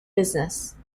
business